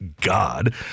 God